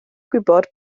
gwybod